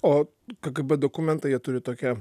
o kgb dokumentai jie turi tokią